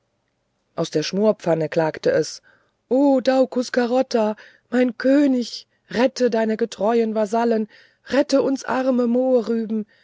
aus der schmorpfanne klagte es o daucus carota o mein könig rette deine getreuen vasallen rette uns arme mohrrüben